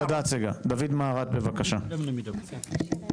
תודה צגה, דויד מהרט, בבקשה, בקצרה.